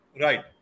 Right